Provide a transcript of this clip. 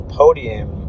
podium